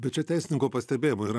bet čia teisininko pastebėjimu yra